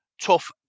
tough